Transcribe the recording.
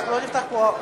אנחנו לא נפתח פה,